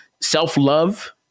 self-love